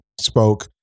spoke